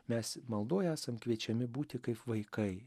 mes maldoj esam kviečiami būti kaip vaikai